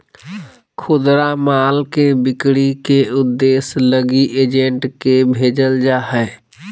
खुदरा माल के बिक्री के उद्देश्य लगी एजेंट के भेजल जा हइ